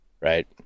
right